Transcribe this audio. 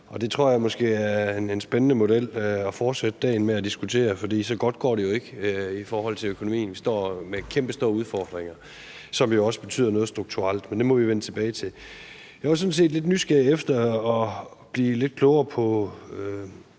det tror jeg måske er spændende at fortsætte dagen med at diskutere, for så godt går det jo ikke i forhold til økonomien. Vi står med kæmpestore udfordringer, som jo også betyder noget strukturelt, men det må vi jo vende tilbage til. Jeg er også sådan set lidt nysgerrig efter at blive lidt klogere på